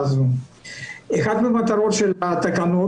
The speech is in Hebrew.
אגף לגריאטריה,